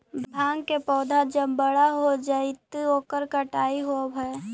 भाँग के पौधा जब बड़ा हो जा हई त ओकर कटाई होवऽ हई